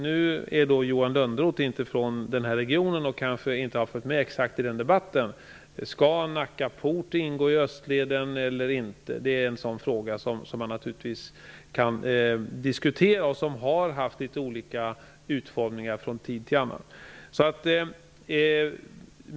Nu är inte Johan Lönnroth från regionen och har kanske inte följt med så exakt i debatten. Skall Nacka port ingå i Österleden? Det är en sådan fråga som man naturligtvis kan diskutera och som har haft litet olika utformning från tid till annan.